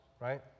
right